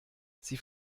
sie